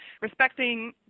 respecting